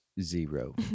zero